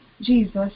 Jesus